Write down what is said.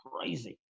crazy